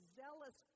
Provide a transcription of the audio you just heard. zealous